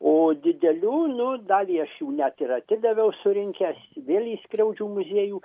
o didelių nu dalį aš jų net ir atidaviau surinkęs vėl į skriaudžių muziejų